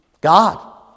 God